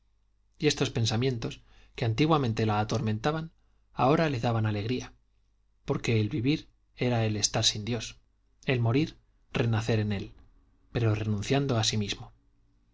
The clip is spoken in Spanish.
y estos pensamientos que antiguamente la atormentaban ahora le daban alegría porque el vivir era el estar sin dios el morir renacer en él pero renunciando a sí mismo